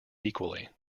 equally